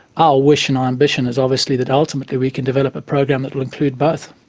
our wish and ambition is obviously that ultimately we can develop a program that will include both.